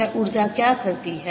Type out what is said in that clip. यह ऊर्जा क्या करती है